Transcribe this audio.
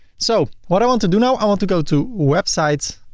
so what i want to do now, i want to go to website.